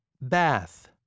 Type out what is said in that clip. Bath